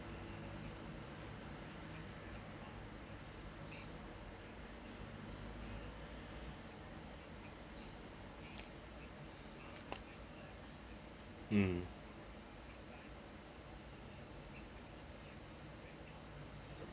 mm